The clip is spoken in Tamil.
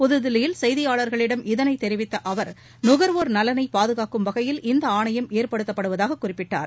புதுதில்லியில் செய்தியாளர்களிடம் இதனை தெரிவித்த அவர் நுகர்வோர் நலனை பாதுகாக்கும் வகையில் இந்த ஆணையம் ஏற்படுத்தப்படுவதாக குறிப்பிட்டார்